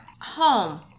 home